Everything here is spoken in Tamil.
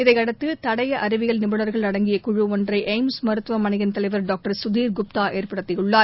இதையடுத்து தடயஅறிவியல் நிபுணர்கள் அடங்கிய குழு ஒன்றைஎய்ம்ஸ் மருத்துவமனையின் தலைவர் டாக்டர் சுதிர் குப்தாஏற்படுத்தியுள்ளார்